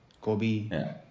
Kobe